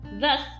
Thus